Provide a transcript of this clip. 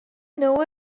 know